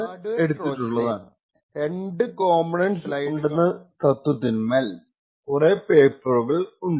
hardware trojan രണ്ട് component ഉണ്ടെന്ന തത്വത്തിൽമേൽ കുറെ പേപ്പറുകൾ ഉണ്ട്